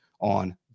on